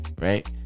right